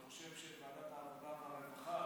ההצעה להעביר את הנושא לוועדת